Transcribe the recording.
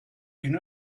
günü